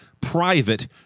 private